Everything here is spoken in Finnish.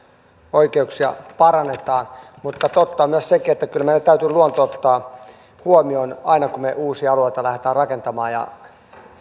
oikeuksia parannetaan mutta totta on myös se että kyllä meidän täytyy luonto ottaa huomioon aina kun me uusia alueita lähdemme rakentamaan ja